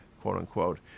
quote-unquote